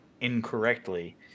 incorrectly